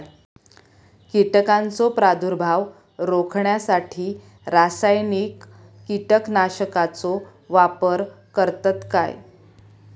कीटकांचो प्रादुर्भाव रोखण्यासाठी रासायनिक कीटकनाशकाचो वापर करतत काय?